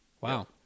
wow